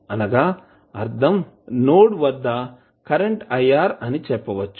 అనగా అర్ధం నోడ్ వద్ద కరెంట్ iR అని చెప్పవచ్చు